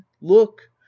look